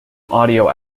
audio